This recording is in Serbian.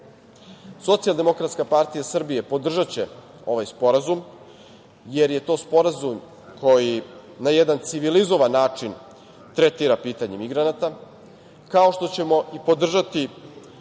problemima. Socijaldemokratska partija Srbija podržaće ovaj sporazum jer je to sporazum koji na jedan civilizovan način tretira pitanje migranata, kao što ćemo i podržati